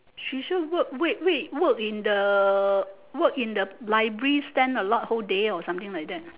she still work wait wait work in the work in the library stand a lot whole day or something like that